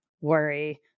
worry